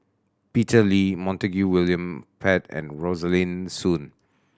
Peter Lee Montague William Pett and Rosaline Soon